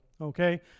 okay